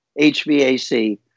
HVAC